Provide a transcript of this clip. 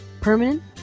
permanent